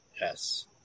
Yes